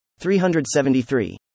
373